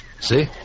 See